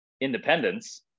independence